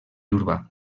urbà